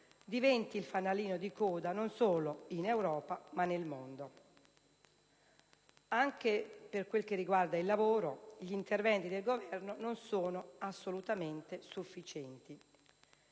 diventi il fanalino di coda non solo in Europa ma nel mondo. Anche per quanto riguarda il lavoro, gli interventi del Governo non sono assolutamente sufficienti.